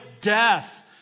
death